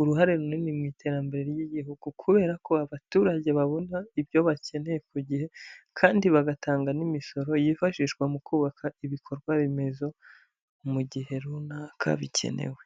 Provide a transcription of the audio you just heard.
uruhare runini mu iterambere ry'igihugu, kubera ko abaturage babona ibyo bakeneye ku gihe, kandi bagatanga n'imisoro yifashishwa mu kubaka ibikorwaremezo, mu gihe runaka bikenewe.